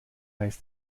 ist